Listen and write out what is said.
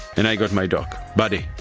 and i got my dog, buddy!